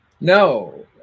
No